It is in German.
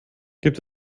gibt